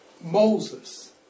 Moses